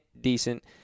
decent